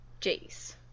jace